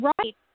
Right